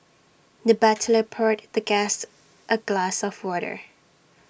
the butler poured the guest A glass of water